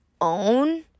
own